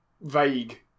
vague